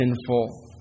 sinful